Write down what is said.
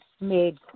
made